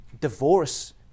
divorce